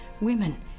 women